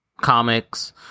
comics